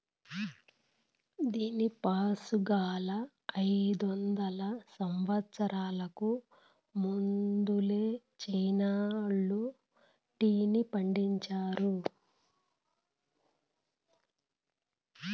దీనిపాసుగాలా, అయిదొందల సంవత్సరాలకు ముందలే చైనా వోల్లు టీని పండించారా